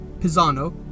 pisano